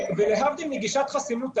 ולהבדיל מגישת חסינות העדר,